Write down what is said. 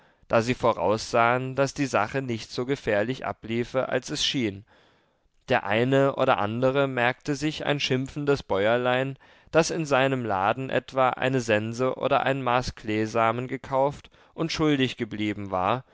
da sie voraussahen daß die sache nicht so gefährlich abliefe als es schien der eine oder andere merkte sich ein schimpfendes bäuerlein das in seinem laden etwa eine sense oder ein maß kleesamen gekauft und schuldig geblieben war